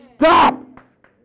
stop